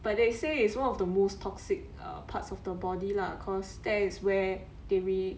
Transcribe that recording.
but they say is one of the most toxic uh parts of the body lah cause there is where they